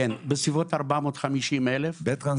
כן, בסביבות 450,000. בטרנסניסטריה?